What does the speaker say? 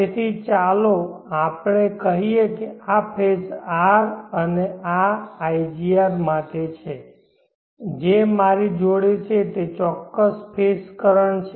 તેથી ચાલો આપણે કહીએ કે આ ફેઝ R અને આ igR માટે છે જે મારી જોડે છે તે ચોક્કસ ફેઝ કરંટ છે